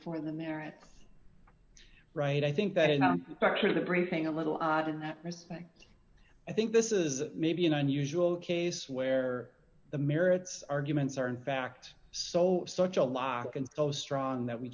for the merrier right i think that is now part of the briefing a little odd in that respect i think this is maybe an unusual case where the merits arguments are in fact so such a lock and so strong that we